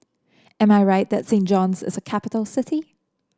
am I right that Saint John's is a capital city